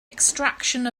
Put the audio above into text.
extraction